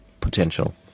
potential